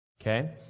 Okay